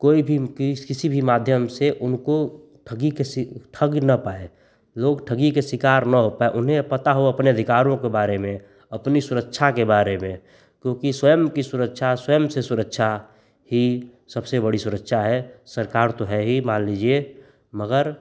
कोई भी बुकीज किसी भी माध्यम से उनको ठगी के शि ठग न पाए लोग ठगी के शिकार न हो पाए उन्हें पता हो अपने अधिकारों को बारे में अपनी सुरक्षा के बारे में क्योंकि स्वयं की सुरक्षा स्वयं से सुरक्षा ही सबसे बड़ी सुरक्षा है सरकार तो है ही मान लीजिए मगर